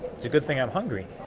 it's a good thing i'm hungry!